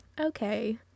okay